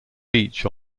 beach